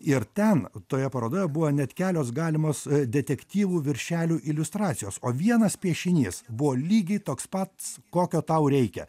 ir ten toje parodoje buvo net kelios galimos detektyvų viršelių iliustracijos o vienas piešinys buvo lygiai toks pats kokio tau reikia